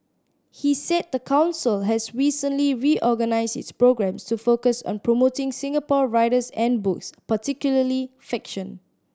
he said the council has recently reorganised its programmes to focus on promoting Singapore writers and books particularly fiction